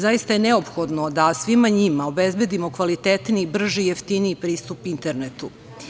Zaista je neophodno da svima njima obezbedimo kvalitetniji, brži i jeftiniji pristup internetu.